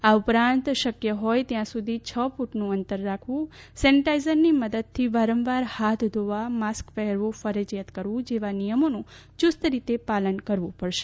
આ ઉપરાંત શક્ય હોય ત્યાં સુધી છ ફ્રટનું અંતર રાખવું સેનીટાઇઝરોની મદદથી વારંવાર હાથ ધોવા માસ્ક પહેરવું ફરજિયાત કરવું જેવા નિયમોનું યુસ્તરીતે પાલન કરવું પડશે